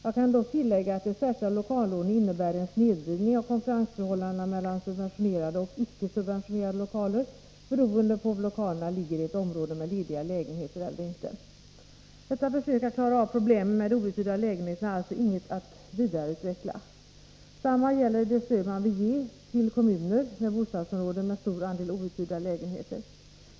Jag kan tillägga att de särskilda lokallånen innebär en snedvridning av konkurrensförhållandena mellan subventionerade och icke subventionerade lokaler, beroende på om lokalerna ligger i ett område med lediga lägenheter eller inte. Detta försök att klara av problemen med de outhyrda lägenheterna är alltså inget att vidareutveckla. Samma gäller det stöd man vill ge till kommuner som har bostadsområden med stor andel outhyrda lägenheter.